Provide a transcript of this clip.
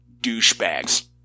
douchebags